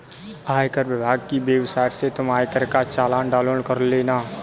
आयकर विभाग की वेबसाइट से तुम आयकर का चालान डाउनलोड कर लेना